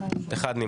1 ההצעה